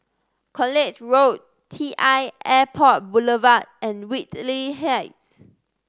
College Road T I Airport Boulevard and Whitley Heights